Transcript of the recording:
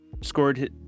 scored –